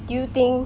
do you think